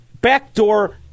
backdoor